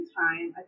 time